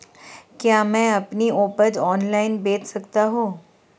क्या मैं अपनी उपज ऑनलाइन बेच सकता हूँ?